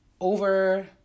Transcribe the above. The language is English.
Over